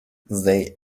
they